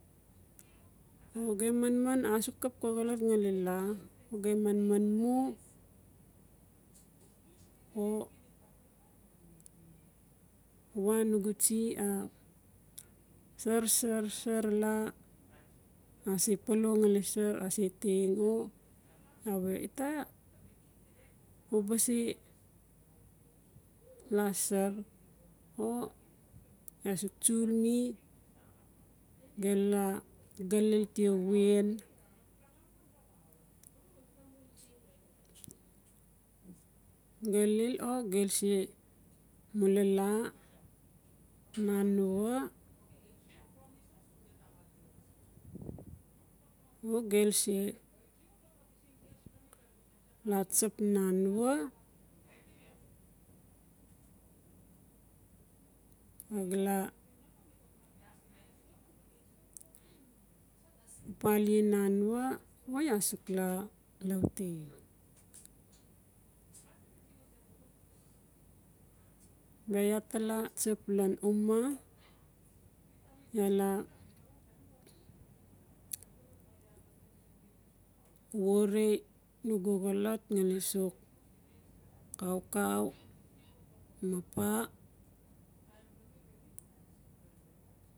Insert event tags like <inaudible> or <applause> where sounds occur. O gem manman, asuk kap ka xolot gnali la gem manman mu o wa nugu tsi sar-sar-sar la <noise> a se pala ngali sar a se teng o a we ti ta u ba se lasar. O iaa tsul mi gelu a galil tia wen, gelil o gel se mula nan anua. <noise> o gel se la tsap nan anua, o gala papali lan anua. O iaa sok la lauteng bia iaa tala tsap lan uma iaa la wore nugu xolot ngali sok kaukau ma pa.